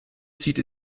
sieht